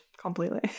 Completely